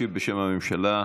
ישיב בשם הממשלה,